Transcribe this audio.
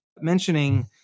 mentioning